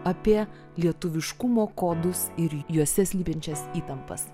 apie lietuviškumo kodus ir juose slypinčias įtampas